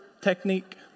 technique